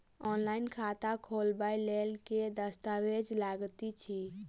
Online खाता खोलबय लेल केँ दस्तावेज लागति अछि?